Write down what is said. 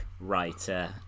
writer